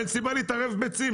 אין סיבה להתערב בצים.